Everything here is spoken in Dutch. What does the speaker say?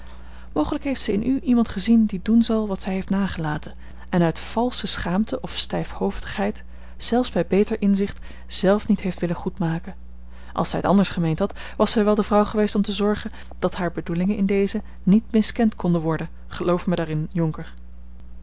mogelijk heeft zij in u iemand gezien die doen zal wat zij heeft nagelaten en uit valsche schaamte of stijfhoofdigheid zelfs bij beter inzicht zelve niet heeft willen goedmaken als zij t anders gemeend had was zij wel de vrouw geweest om te zorgen dat hare bedoelingen in dezen niet miskend konden worden geloof mij daarin jonker